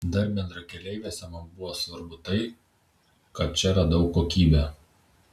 dar bendrakeleiviuose man buvo svarbu tai kad čia radau kokybę